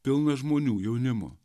pilna žmonių jaunimo